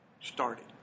started